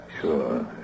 Sure